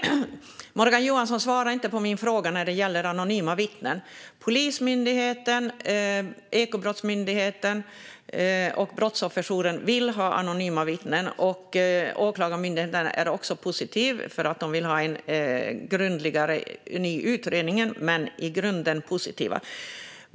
Morgan Johansson svarade inte på min fråga angående anonyma vittnen. Polismyndigheten, Ekobrottsmyndigheten och Brottsofferjouren är för anonyma vittnen. Även Åklagarmyndigheten är i grunden positiv.